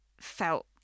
felt